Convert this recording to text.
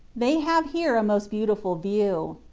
they have here a most beautiful view.